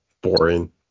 boring